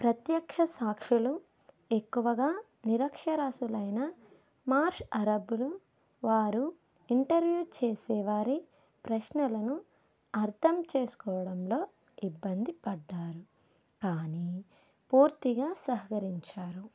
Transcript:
ప్రత్యక్ష సాక్షులు ఎక్కువగా నిరక్షరాస్యులైన మార్ష్ అరబ్బులు వారు ఇంటర్వ్యూ చేసేవారి ప్రశ్నలను అర్థం చేసుకోవడంలో ఇబ్బంది పడ్డారు కానీ పూర్తిగా సహకరించారు